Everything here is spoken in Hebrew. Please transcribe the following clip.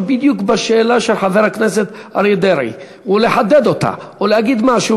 בדיוק בקשר לשאלה של חבר הכנסת אריה דרעי ולחדד אותה ולהגיד משהו,